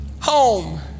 Home